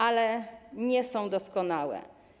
Ale nie są doskonałe.